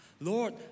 Lord